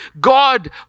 God